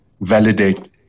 validate